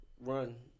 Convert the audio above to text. run